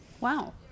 Wow